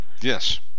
yes